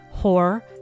whore